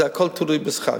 והכול תלוי בשכר,